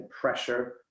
pressure